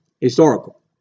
historical